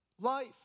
life